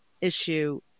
issue